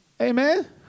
Amen